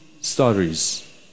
stories